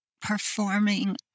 performing